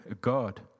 God